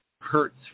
hurts